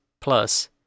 plus